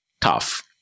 tough